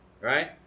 Right